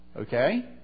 okay